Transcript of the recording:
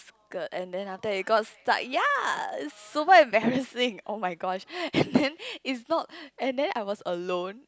skirt and then after that it got stuck ya it's super embarrassing oh-my-gosh and then it's not and then I was alone